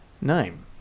name